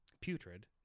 Putrid